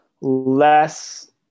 less